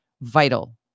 vital